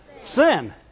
Sin